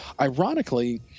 Ironically